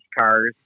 cars